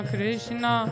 Krishna